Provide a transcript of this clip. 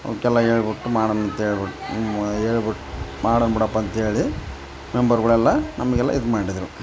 ಅವ್ಕೆಲ್ಲ ಹೇಳ್ಬುಟ್ಟು ಮಾಡೋಣ್ ಅಂತೇಳಿ ಹೇಳ್ಬುಟ್ಟು ಮಾಡೋಣ ಬಿಡಪ್ಪ ಅಂತೇಳಿ ಮೆಂಬರ್ಗಳೆಲ್ಲಾ ನಮಗೆಲ್ಲ ಇದು ಮಾಡಿದ್ರು